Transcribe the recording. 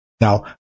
Now